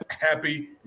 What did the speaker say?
happy